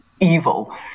evil